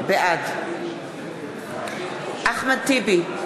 בעד אחמד טיבי,